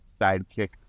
sidekick